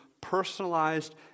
personalized